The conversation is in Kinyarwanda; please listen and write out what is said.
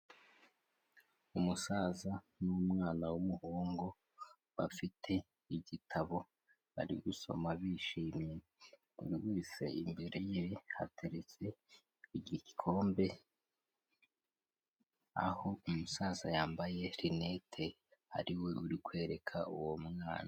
Umusaza n'umwana w'umuhungu bafite igitabo bari gusoma bishimye, buri wese imbere ye hateretse igikombe aho umusaza yambaye rinete ari we uri kwereka uwo mwana.